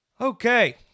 okay